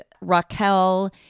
Raquel